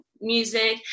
music